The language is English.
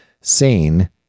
seen